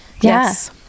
Yes